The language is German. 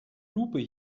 lupe